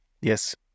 Yes